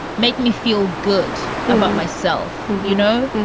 make me feel good about myself, you know?